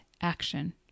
action